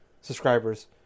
subscribers